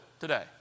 today